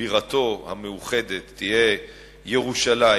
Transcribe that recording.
שבירתו המאוחדת תהיה ירושלים,